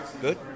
Good